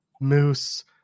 Moose